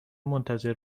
منتظر